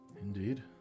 Indeed